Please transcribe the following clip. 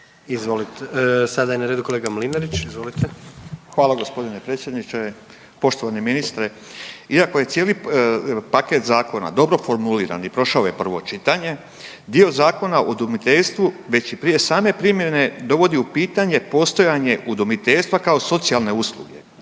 Izvolite. Sada je na redu kolega Mlinarić, izvolite. **Mlinarić, Stipo (DP)** Hvala g. predsjedniče. Poštovani ministre, iako je cijeli paket zakona dobro formuliran i prošao je prvo čitanje, dio Zakona o udomiteljstvu već prije same primjene dovodi u pitanje postojanje udomiteljstva kao socijalne usluge.